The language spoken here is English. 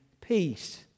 peace